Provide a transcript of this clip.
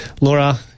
Laura